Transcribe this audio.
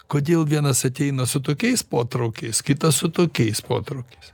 kodėl vienas ateina su tokiais potraukiais kitas su tokiais potraukiais